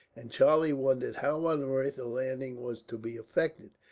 and charlie wondered how on earth a landing was to be effected,